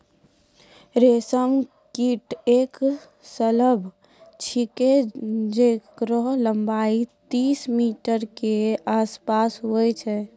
रेशम कीट एक सलभ छिकै जेकरो लम्बाई तीस मीटर के आसपास होय छै